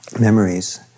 memories